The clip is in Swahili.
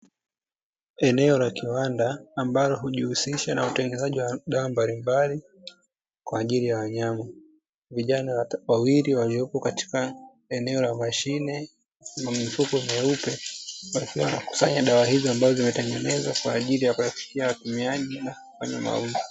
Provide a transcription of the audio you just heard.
Eneo la kiwanda ambalo hujihusisha na utengenezaji wa dawa mbalimbali kwaajii ya wanyama, vijana wawili waliopo katika eneo la mashine na mifuko meupe wakiwa wanakusanya dawa hizo, ambazo zimetengenezwa kwaajili ya mazingira ya watumiaji tofauti.